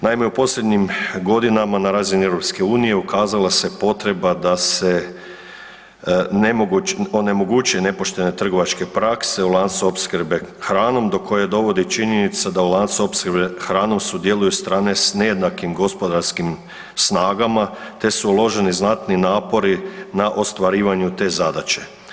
Naime, u posljednjim godinama na razini EU ukazala se potreba da se onemogući nepoštene trgovačke prakse u lancu opskrbe hranom do koje dovodi činjenica da u lancu opskrbe hranom sudjeluju strane s nejednakim gospodarskim snagama te su uloženim znatni napori na ostvarivanju te zadaće.